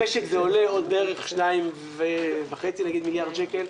למשק זה עולה עוד בערך 2.5 מיליארד שקל.